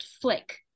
flick